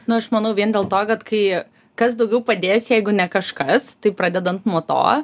na aš manau vien dėl to kad kai kas daugiau padės jeigu ne kažkas tai pradedant nuo to